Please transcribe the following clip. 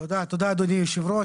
תודה אדוני היושב-ראש.